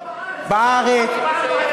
זה לא בארץ מה שאתה מספר.